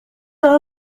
all